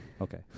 Okay